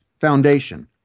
Foundation